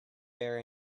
bear